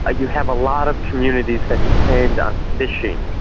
ah you have a lot of communities that depend on fishing.